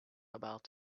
about